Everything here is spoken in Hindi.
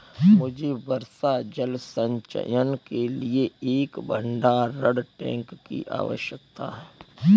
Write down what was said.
मुझे वर्षा जल संचयन के लिए एक भंडारण टैंक की आवश्यकता है